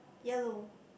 yellow